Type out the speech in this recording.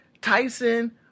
Tyson